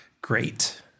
great